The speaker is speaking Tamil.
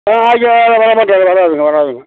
ஆ வராதுங்க வராதுங்க